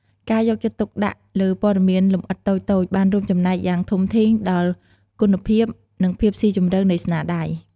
ការយកចិត្តទុកដាក់លើព័ត៌មានលម្អិតតូចៗបានរួមចំណែកយ៉ាងធំធេងដល់គុណភាព និងភាពស៊ីជម្រៅនៃស្នាដៃ។